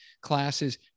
classes